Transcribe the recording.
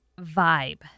vibe